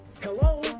Hello